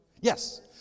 Yes